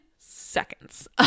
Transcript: seconds